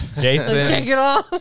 jason